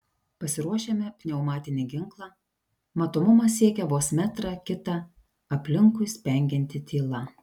pasiruošiame pneumatinį ginklą matomumas siekia vos metrą kitą aplinkui spengianti tyla